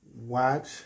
watch